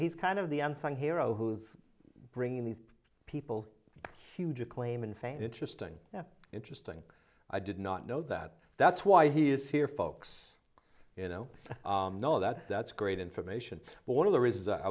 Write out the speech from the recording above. he's kind of the unsung hero who's bringing these people huge acclaim and fame interesting interesting i did not know that that's why he is here folks you know know that that's great information but one of the reasons i